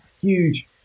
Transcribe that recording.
huge